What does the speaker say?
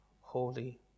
holy